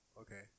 okay